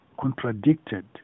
contradicted